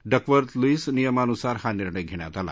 Duckworth Lewis नियमानुसार हा निर्णय घश्वात आला